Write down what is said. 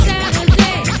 Saturday